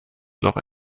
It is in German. noch